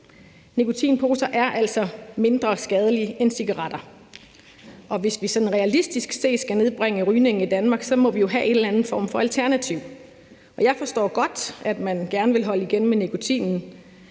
Nikotinposer er altså mindre skadelige end cigaretter, og hvis vi sådan realistisk set skal nedbringe rygningen i Danmark må vi jo have en eller anden form for alternativ. Jeg forstår godt, at man gerne vil holde igen med nikotinen,